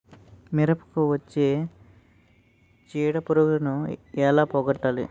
మిరపకు వచ్చే చిడపురుగును ఏల పోగొట్టాలి?